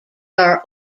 are